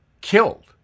killed